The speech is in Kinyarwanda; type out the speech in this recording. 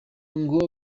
ngo